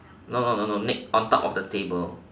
no no no no next on top of the table